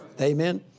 Amen